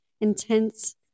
intense